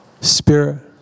Spirit